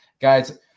Guys